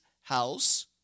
house